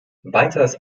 weiters